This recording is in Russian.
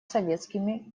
советскими